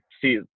see